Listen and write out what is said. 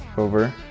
over,